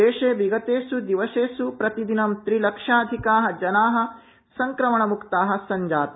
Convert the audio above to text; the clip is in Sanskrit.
देशे विगतेष् दिवसेष् प्रतिदिनं त्रिलक्षाधिका जनाः संक्रमणमुक्ता सञ्जाता